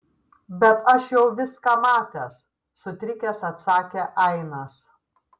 bet aš jau viską matęs sutrikęs atsakė ainas